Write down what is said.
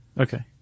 Okay